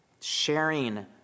sharing